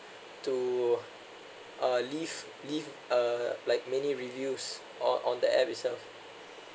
to uh leave leave(uh) like many reviews or on the app itself